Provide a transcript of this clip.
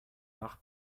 nach